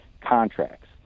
contracts